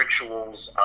rituals